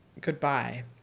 goodbye